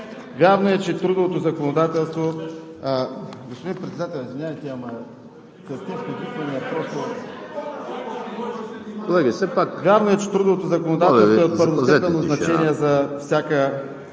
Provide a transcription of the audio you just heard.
Вярно е, че трудовото законодателство е от първостепенно значение за всяка